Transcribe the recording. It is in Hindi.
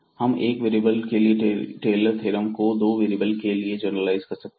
हम एक वेरिएबल के टेलर थ्योरम को दो वेरिएबल के लिए जनरलाइज कर सकते हैं